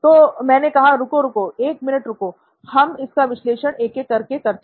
तो मैंने कहा "रुको रुको 1 मिनट रुको हम इसका विश्लेषण एक एक कर के करते हैं